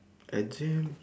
exam